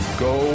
go